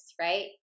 right